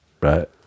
right